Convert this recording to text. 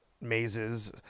mazes